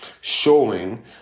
showing